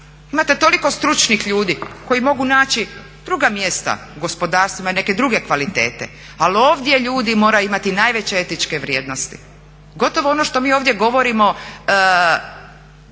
Imate toliko stručnih ljudi koji mogu naći druga mjesta u gospodarstvima i neke druge kvalitete. Ali ovdje ljudi moraju imati najveće etičke vrijednosti. Gotovo ono što mi ovdje govorimo